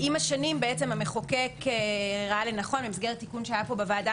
עם השנים המחוקק ראה לנכון במסגרת תיקון שהיה פה בוועדה